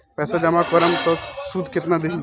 पैसा जमा करम त शुध कितना देही?